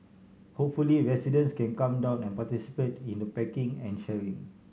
hopefully residents can come down and participate in the packing and sharing